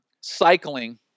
cycling